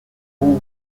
vous